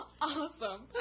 Awesome